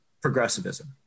progressivism